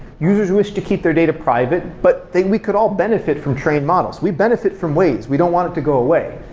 users wish to keep their data private, but we could all benefit from train models. we benefit from ways, we don't want it to go away.